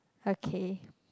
okay